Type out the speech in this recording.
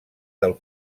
del